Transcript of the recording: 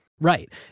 Right